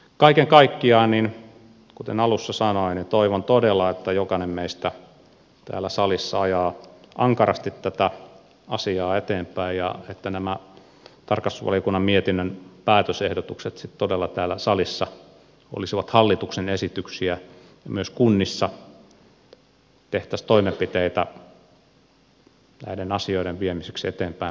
kaiken kaikkiaan kuten alussa sanoin toivon todella että jokainen meistä täällä salissa ajaa ankarasti tätä asiaa eteenpäin ja että nämä tarkastusvaliokunnan mietinnön päätösehdotukset sitten todella täällä salissa olisivat hallituksen esityksiä ja myös kunnissa tehtäisiin toimenpiteitä näiden asioiden viemiseksi eteenpäin paremmalle mallille